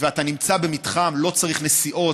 ואתה נמצא במתחם, לא צריך נסיעות.